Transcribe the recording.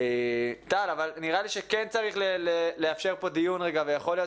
טל, נראה לי שכן צריך לאפשר פה דיון ויכול להיות